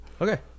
Okay